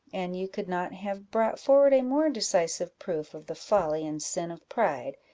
and you could not have brought forward a more decisive proof of the folly and sin of pride,